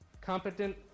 competent